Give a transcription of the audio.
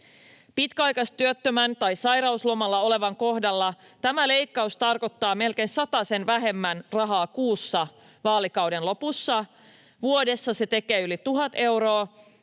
Pitkäaikaistyöttömän tai sairauslomalla olevan kohdalla tämä leikkaus tarkoittaa melkein satasen vähemmän rahaa kuussa vaalikauden lopussa. Vuodessa se tekee yli 1 000 euroa.